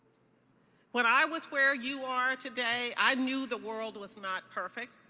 when i was where you are today i knew the world was not perfect.